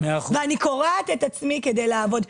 ואני קורעת את עצמי כדי לעבוד.